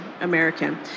American